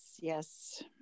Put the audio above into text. Yes